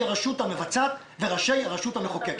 הרשות המבצעת ובראשי הרשות המחוקקת.